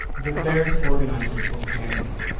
the fair's organizers were panicking.